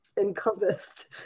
encompassed